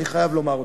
אני חייב לומר אותו.